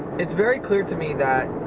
it's very clear to me that